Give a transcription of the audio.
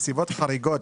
נסיבות חריגות,